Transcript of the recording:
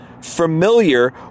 familiar